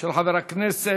של חבר הכנסת